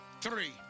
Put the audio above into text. three